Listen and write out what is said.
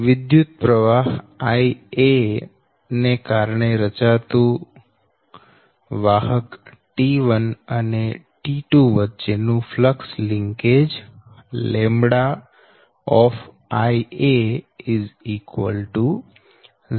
વિધુતપ્રવાહ Ia ને કારણે રચાતું વાહક T1 અને T2 વચ્ચે નું ફ્લક્સ લિંકેજ 0